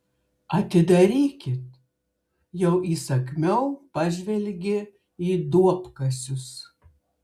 atidarykit jau įsakmiau pažvelgė į duobkasius